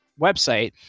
website